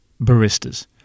baristas